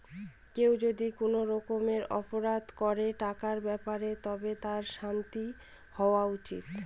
কেউ যদি কোনো রকমের অপরাধ করে টাকার ব্যাপারে তবে তার শাস্তি হওয়া উচিত